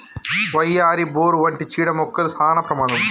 వయ్యారి, బోరు వంటి చీడ మొక్కలు సానా ప్రమాదం